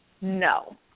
no